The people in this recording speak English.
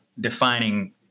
defining